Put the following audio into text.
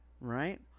right